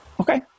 Okay